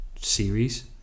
series